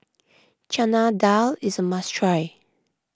Chana Dal is a must try